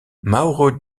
mauro